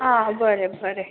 आं बरें बरें